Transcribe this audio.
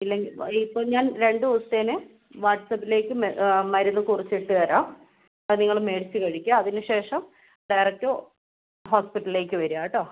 ഇല്ലെങ്കിൽ ഇപ്പോൾ ഞാൻ രണ്ടു ദിവസത്തേന് വാട്സപ്പിലേക്ക് മരുന്ന് കുറിച്ചിട്ടു തരാം അത് നിങ്ങള് മേടിച്ച് കഴിക്കുക അതിനുശേഷം ഡയറക്റ്റ് ഹോസ്പിറ്റലിലേക്ക് വരിക കേട്ടോ